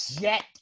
Jet